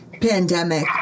pandemic